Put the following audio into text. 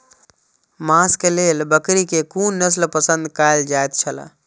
मांस के लेल बकरी के कुन नस्ल पसंद कायल जायत छला?